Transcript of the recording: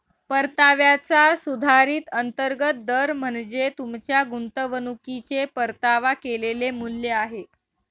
परताव्याचा सुधारित अंतर्गत दर म्हणजे तुमच्या गुंतवणुकीचे परतावा केलेले मूल्य आहे